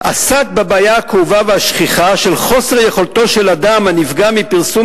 עסק בבעיה הכאובה והשכיחה של חוסר יכולתו של אדם הנפגע מפרסום